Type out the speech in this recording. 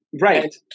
Right